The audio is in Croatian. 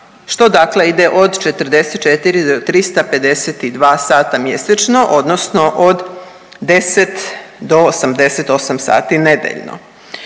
što dakle ide od 44,352 sata mjesečno odnosno od 10 do 88 sati nedeljno.